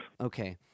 okay